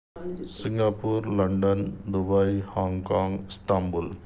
Singapore London Dubai Hong Kong Istanbul